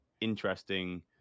interesting